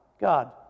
God